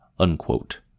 Unquote